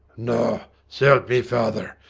no, s'elp me. father,